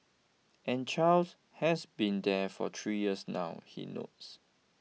and Charles has been there for three years now he notes